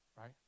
right